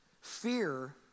Fear